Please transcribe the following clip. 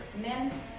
Men